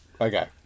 Okay